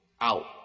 Out